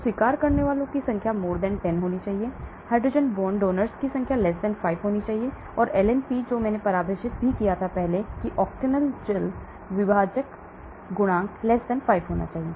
तो स्वीकार करने वालों की संख्या 10 होनी चाहिए हाइड्रोजन बॉन्ड डोनर्स की संख्या 5 होनी चाहिए और ln P जो मैंने परिभाषित किया कि ऑक्टेनॉल जल विभाजन गुणांक 5 होना चाहिए